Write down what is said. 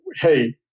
hey